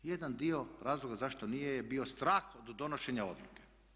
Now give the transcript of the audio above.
Jedan dio razloga zašto nije je bio strah od donošenja odluke.